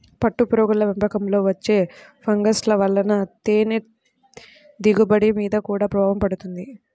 పట్టుపురుగుల పెంపకంలో వచ్చే ఫంగస్ల వలన తేనె దిగుబడి మీద గూడా ప్రభావం పడుతుంది